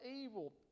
evil